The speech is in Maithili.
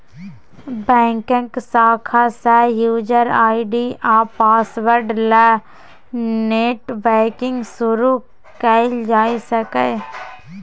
बैंकक शाखा सँ युजर आइ.डी आ पासवर्ड ल नेट बैंकिंग शुरु कयल जा सकैए